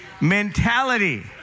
mentality